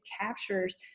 captures